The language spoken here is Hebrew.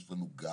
שיש להן גב.